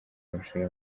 amashuri